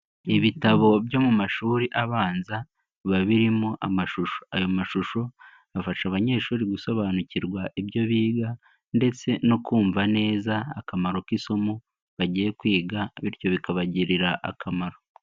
Ibitabo byo mu mashuri abanza biba birimo amashusho, ayo mashusho afasha abanyeshuri gusobanukirwa ibyo biga ndetse no kumva neza akamaro k'isomo bagiye kwiga, bityo bikabagirira akamaro.